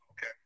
Okay